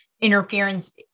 interference